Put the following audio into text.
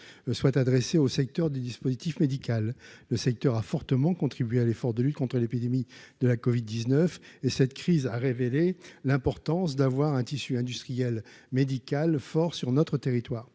soit adressé au secteur des dispositifs médical, le secteur a fortement contribué à l'effort de lutte contre l'épidémie de la Covid 19 et cette crise a révélé l'importance d'avoir un tissu industriel médical fort sur notre territoire,